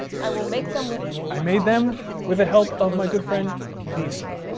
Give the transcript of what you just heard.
i will make them with? i made them with the help of my good friend visa.